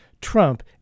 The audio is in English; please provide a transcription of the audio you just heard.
Trump